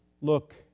look